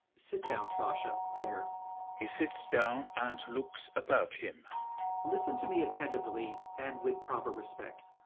sit down, sasha, there he sits down and looks about him listen to me attentively and with proper respect.